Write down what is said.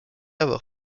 avoir